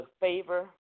favor